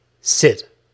Sit